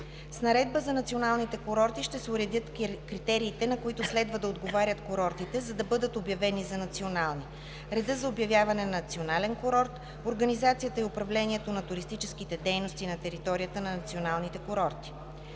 С наредба за националните курорти ще се уредят: критериите, на които следва да отговарят курортите, за да бъдат обявени за национални; редът за обявяване на национален курорт; организацията и управлението на туристическите дейности на територията на националните курорти.